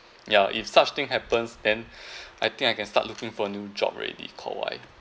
ya if such thing happens then I think I can start looking for new job already Kok Wai